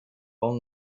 all